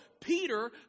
Peter